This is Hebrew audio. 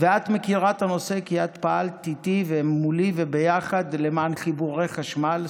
את מכירה את הנושא כי את פעלת איתי ומולי וביחד למען חיבורי חשמל,